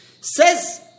says